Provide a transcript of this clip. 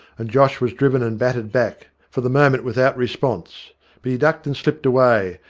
and josh was driven and battered back, for the moment without re sponse. but he ducked, and slipped away,